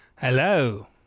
Hello